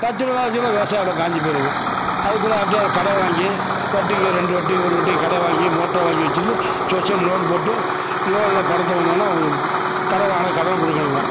பத்து இருபது நாள் ஆச்சுனா விவசாய நிலம் காஞ்சு போயிடுங்க அதுக்குள்ளே யார்டையாவது கடன் வாங்கி வட்டிக்கு ரெண்டு வட்டிக்கு ஒரு வட்டிக்கு கடன் வாங்கி மோட்டர் வாங்கி வச்சுக்கின்னு சொசைட்டியில் லோன் போட்டு லோனில் பணத்தை வந்தோம்ன்னா அவங்க கடனை வாங்கின கடனை கொடுக்கணுங்க